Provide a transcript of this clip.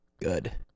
Good